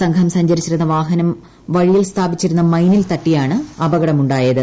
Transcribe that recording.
സംഘം സഞ്ചരിച്ചിരുന്ന വാഹനം വഴിയിൽ സ്ഥാപിച്ചിരുന്ന മൈനിൽ തട്ടിയാണ് അപകടമുണ്ടായത്